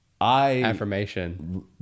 Affirmation